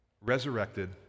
resurrected